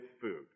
food